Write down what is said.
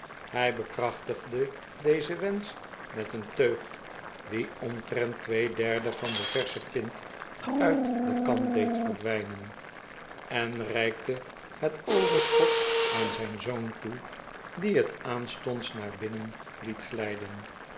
hij bekrachtigde dezen wensch met een teug die omtrent twee derden van de versche pint uit de kan deed verdwijnen en reikte het overs chot aan zijn zoon toe die het aanstonds naar binnen liet glijden